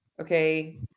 okay